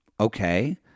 okay